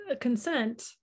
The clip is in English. consent